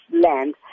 land